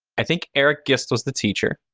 i think erik gist was the teacher,